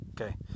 Okay